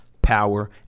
power